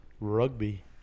Rugby